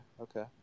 okay